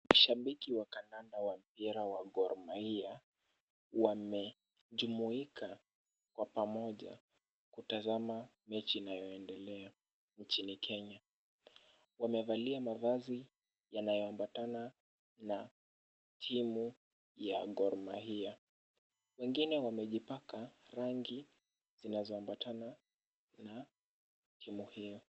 Shabiki wa kandanda wa mpira wa Gor Mahia wamejumuika kwa pamoja kutazama mechi inayoendelea nchini Kenya. Wamevalia mavazi yanayoambatana na timu ya Gor Mahia. Wengine wamejipaka rangi zinazoambatana na timu hiyo.